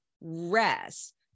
rest